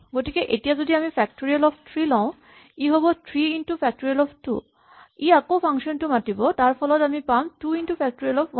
গতিকে এতিয়া যদি আমি ফেক্টৰিয়েল অফ থ্ৰী লওঁ ই হ'ব three into factorial of two ই আকৌ ফাংচন টো মাতিব তাৰফলত আমি পাম two into factorial of one